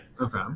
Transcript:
okay